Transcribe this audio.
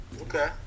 Okay